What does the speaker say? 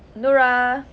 nora